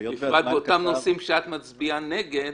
בפרט באותם נושאים שאת מצביעה נגד,